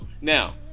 now